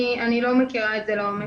אני לא מכירה את זה לעומק.